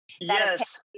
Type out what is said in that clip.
Yes